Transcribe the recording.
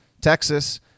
Texas